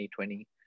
2020